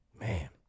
man